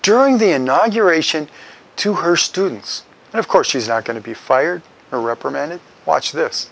during the inauguration to her students and of course she's not going to be fired or reprimanded watch this